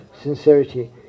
sincerity